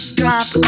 drop